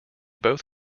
both